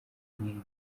nk’ibi